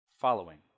following